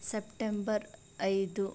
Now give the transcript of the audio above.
September ಐದು